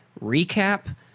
recap